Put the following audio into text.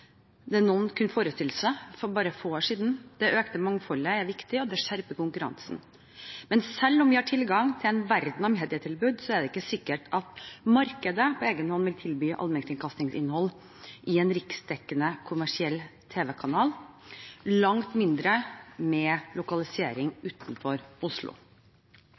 noen kunne forestilt seg for bare få år siden. Det økte mangfoldet er viktig, og det skjerper konkurransen. Men selv om vi har tilgang til en verden av medietilbud, er det ikke sikkert at markedet på egen hånd vil tilby allmennkringkastingsinnhold i en riksdekkende kommersiell tv-kanal, langt mindre med lokalisering utenfor Oslo.